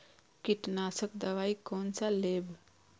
कीट नाशक दवाई कोन सा लेब?